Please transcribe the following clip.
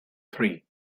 three